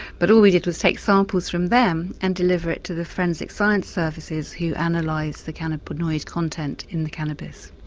but all we did was take samples from them and deliver it to the forensic science services who analysed and like the cannabinoid content in the cannabis.